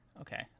Okay